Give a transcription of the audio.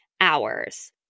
hours